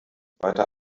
weiter